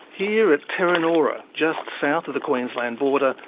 here at terranora, just south of the queensland border,